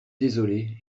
désolé